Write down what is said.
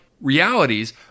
realities